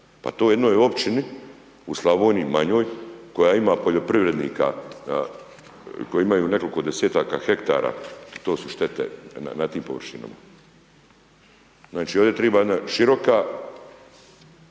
Pa to jednoj općini u Slavoniji manjoj koja ima poljoprivrednika, kolji imaju nekoliko 10-aka hektara, to su štete na tim površinama. Znači ovdje treba jedna široka